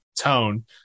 tone